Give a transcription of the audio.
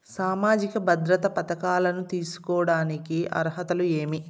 సామాజిక భద్రత పథకాలను తీసుకోడానికి అర్హతలు ఏమి?